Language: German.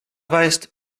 weißt